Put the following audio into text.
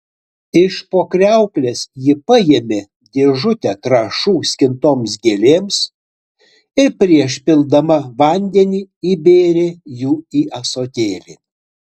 iš po kriauklės ji paėmė dėžutę trąšų skintoms gėlėms ir prieš pildama vandenį įbėrė jų į ąsotėlį